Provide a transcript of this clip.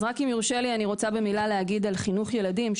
אם יורשה לי, אני רוצה להגיד מילה על חינוך ילדים.